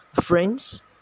Friends